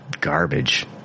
garbage